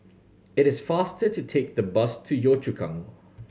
it is faster to take the bus to Yio Chu Kang